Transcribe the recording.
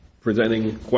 presenting